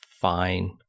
fine